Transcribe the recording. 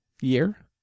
year